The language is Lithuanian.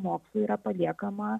mokslui yra paliekama